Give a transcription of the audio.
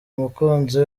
umukunzi